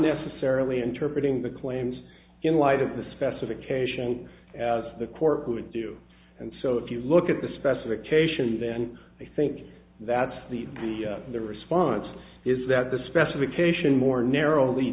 necessarily interpret in the claims in light of the specification as the court would do and so if you look at the specification then i think that's the the response is that the specification more narrowly